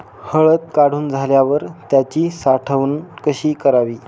हळद काढून झाल्यावर त्याची साठवण कशी करावी?